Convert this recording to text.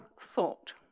thought